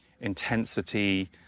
intensity